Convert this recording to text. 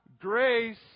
grace